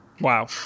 Wow